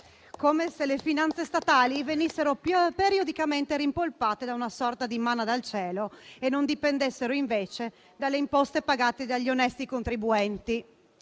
come se le finanze statali venissero periodicamente rimpolpate da una sorta di manna dal cielo e non dipendessero invece dalle imposte pagate dagli onesti contribuenti.